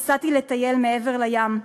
נסעתי לטייל מעבר לים,